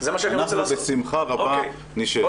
אנחנו בשמחה רבה נשב.